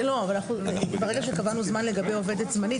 ברגע שקבענו כלל לגבי עובדת זמנית,